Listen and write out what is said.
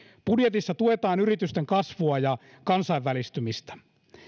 budjetissa tuetaan yritysten kasvua ja kansainvälistymistä